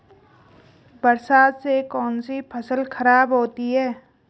बरसात से कौन सी फसल खराब होती है?